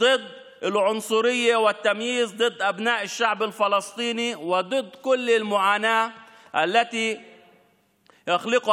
נגד הגזענות והאפליה נגד בני העם הפלסטיני ונגד כל הסבל שיוצר אותו